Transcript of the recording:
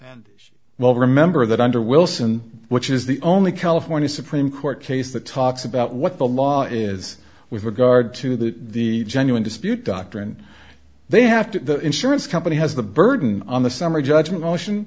or well remember that under wilson which is the only california supreme court case that talks about what the law is with regard to the genuine dispute doctrine they have to insurance company has the burden on the summary judgment motion